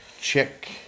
Check